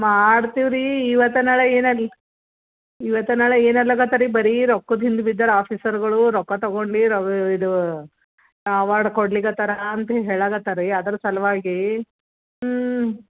ಮಾಡ್ತೀವಿ ರೀ ಇವತ್ತು ನಾಳೆ ಏನಾಗ್ಲಿ ಇವತ್ತು ನಾಳೆ ಏನಲಾಗುತ್ತ ರೀ ಬರೀ ರೊಕ್ಕದ ಹಿಂದೆ ಬಿದ್ದರೆ ಆಫೀಸರ್ಗಳು ರೊಕ್ಕ ತಗೊಂಡು ಇದು ಅವಾರ್ಡ್ ಕೊಡ್ಲಿಕ್ಕತ್ತಾರ ಅಂತ ಹೇಳಾಕ್ಕತ್ತ ರೀ ಅದ್ರ ಸಲ್ವಾಗಿ ಹ್ಞೂ